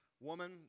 woman